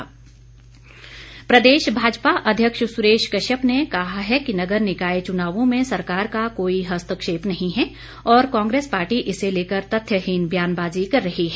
भाजपा प्रदेश भाजपा अध्यक्ष सुरेश कश्यप ने कहा है कि नगर निकाय चुनावों में सरकार का कोई हस्तक्षेप नहीं है और कांग्रेस पार्टी इसे लेकर तथ्यहीन ब्यानबाजी कर रही है